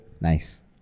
Nice